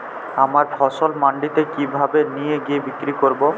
আমার ফসল মান্ডিতে কিভাবে নিয়ে গিয়ে বিক্রি করব?